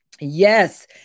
Yes